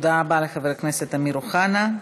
תודה רבה לחבר הכנסת אמיר אוחנה.